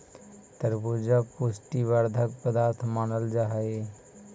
तरबूजा पुष्टि वर्धक पदार्थ मानल जा हई